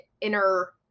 inner